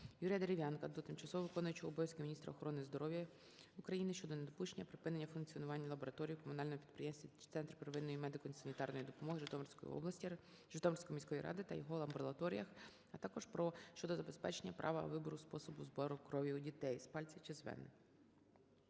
Юрія Дерев'янка до тимчасово виконуючої обов'язки Міністра охорони здоров'я України щодо недопущення припинення функціонування лабораторій в Комунальному підприємстві "Центр первинної медико-санітарної допомоги" Житомирської міської ради та його амбулаторіях, а також щодо забезпечення права вибору способу забору крові у дітей (з пальця чи з вени).